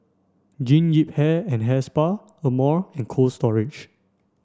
Jean Yip Hair and Hair Spa Amore and Cold Storage